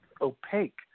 opaque